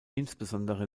insbesondere